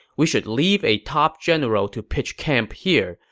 we should leave a top general to pitch camp here.